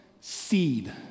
seed